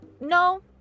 No